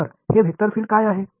तर हे vector field काय आहे